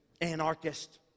Anarchist